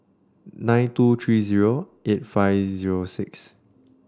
nine two three zero eight five zero six